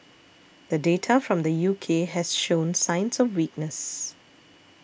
the data from the U K has shown signs of weakness